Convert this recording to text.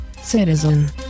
citizen